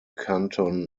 canton